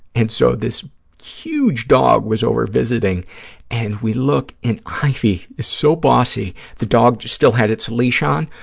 and so this huge dog was over visiting and we look, and ivy is so bossy, the dog still had its leash on,